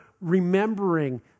remembering